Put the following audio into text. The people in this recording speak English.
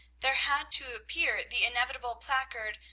there had to appear the inevitable placard,